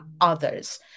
others